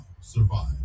survive